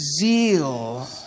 zeal